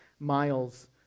miles